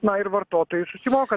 na ir vartotojai susimoka